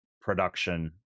production